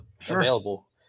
available